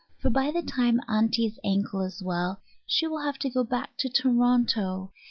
for by the time aunty's ankle is well she will have to go back to toronto.